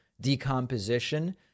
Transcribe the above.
decomposition